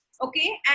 Okay